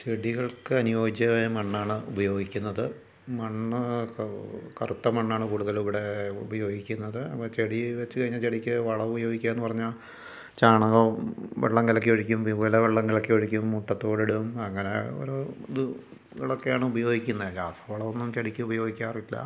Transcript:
ചെടികൾക്ക് അനുയോജ്യമായ മണ്ണാണ് ഉപയോഗിക്കുന്നത് മണ്ണ് ക കറുത്ത മണ്ണാണ് കൂടുതലും ഇവിടെ ഉപയോഗിക്കുന്നത് അപ്പം ചെടി വെച്ചു കഴിഞ്ഞാൽ ചെടിക്ക് വളം ഉപയോഗിക്കുകയെന്നു പറഞ്ഞാൽ ചാണകവും വെള്ളം കലക്കി ഒഴിക്കും വിവുല്ല വെള്ളം കലക്കി ഒഴിക്കും മുട്ടത്തോടിടും അങ്ങനെ ഓരോ ഇതുകളൊക്കെയാണ് ഉപയോഗിക്കുന്നത് രാസവളമൊന്നും ചെടിക്ക് ഉപയോഗിക്കാറില്ല